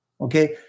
Okay